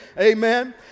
Amen